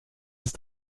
ist